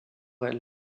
elle